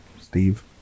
Steve